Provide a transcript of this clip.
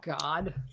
god